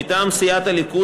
מטעם סיעת הליכוד,